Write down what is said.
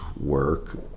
work